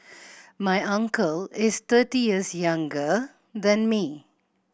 my uncle is thirty years younger than me